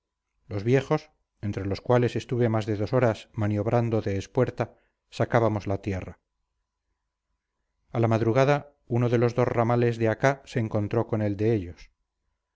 los viejos entre los cuales estuve más de dos horas maniobrando de espuerta sacábamos la tierra a la madrugada uno de los dos ramales de acá se encontró con el de ellos